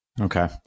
Okay